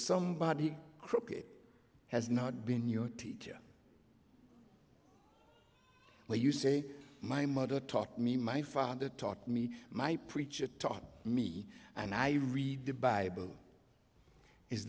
somebody crooked has not been your teacher what you say my mother taught me my father taught me my preacher taught me and i read the bible is